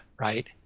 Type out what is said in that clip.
right